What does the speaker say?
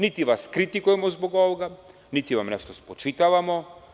Niti vas kritikujemo zbog ovoga, niti vam nešto spočitavamo.